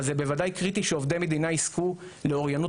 אבל זה בוודאי קריטי שעובדי מדינה יזכו לאוריינות